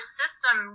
system